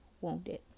wounded